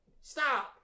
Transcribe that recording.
Stop